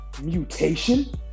mutation